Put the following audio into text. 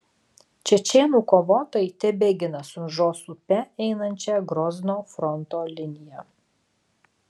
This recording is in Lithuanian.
čečėnų kovotojai tebegina sunžos upe einančią grozno fronto liniją